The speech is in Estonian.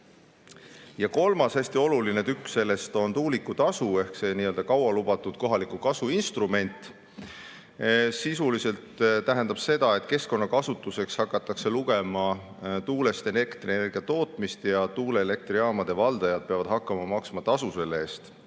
Kolmas hästi oluline tükk sellest on tuulikutasu ehk see kaua lubatud kohaliku kasu instrument. Sisuliselt tähendab see seda, et keskkonnakasutuseks hakatakse lugema tuulest elektrienergia tootmist ja tuuleelektrijaamade valdajad peavad hakkama maksma tasu selle eest.